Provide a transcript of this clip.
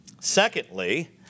Secondly